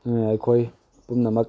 ꯑꯩꯈꯣꯏ ꯄꯨꯝꯅꯃꯛ